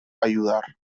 ayudar